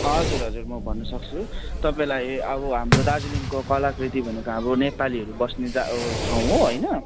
हजुर हजुर म भन्नुसक्छु तपाईँलाई अब हाम्रो दार्जिलिङको कलाकृति भनेको अब नेपालीहरू बस्ने ठ ठाउँ हो होइन